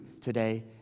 today